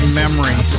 memory